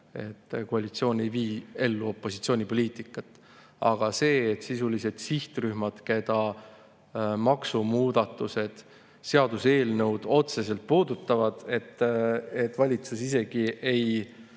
koalitsioon ei vii ellu opositsiooni poliitikat. Aga see, et sisuliselt sihtrühmi, keda maksumuudatused, seaduseelnõud otseselt puudutavad, [ei kuulata], valitsus isegi ei